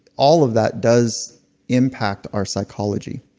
all of that does impact our psychology,